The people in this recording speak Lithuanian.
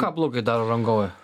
ką blogai daro rangovai